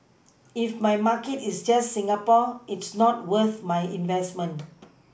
if my market is just Singapore it's not worth my investment